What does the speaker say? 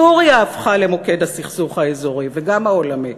סוריה הפכה למוקד הסכסוך האזורי וגם העולמי.